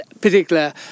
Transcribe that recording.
particular